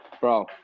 Bro